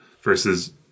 versus